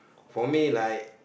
for me like